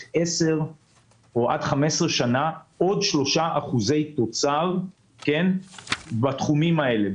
10 15 שנים עוד 3% תוצר בתחומים האלה.